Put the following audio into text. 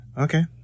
Okay